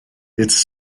its